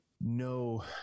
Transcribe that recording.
no